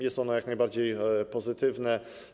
Jest ono jak najbardziej pozytywne.